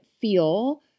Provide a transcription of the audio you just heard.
feel